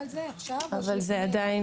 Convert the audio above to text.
אבל זה עדיין